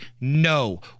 no